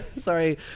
Sorry